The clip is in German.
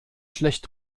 schlecht